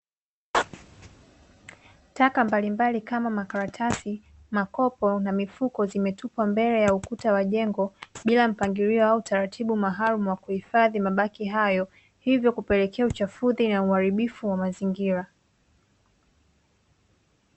Taka mbalimbali kama makaratasi, makopo na mifuko zimetupwa mbele ya ukuta wa jengo, bila mpangilio au utaratibu maalumu wa kuhifadhi mabaki hayo, hivyo kupelekea uchafuzi na uharibifu wa mazingira.